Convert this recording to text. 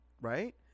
right